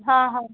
हां हां